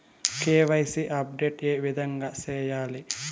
KYC update ఏ విధంగా సేయాలి?